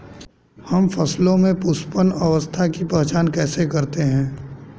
हम फसलों में पुष्पन अवस्था की पहचान कैसे करते हैं?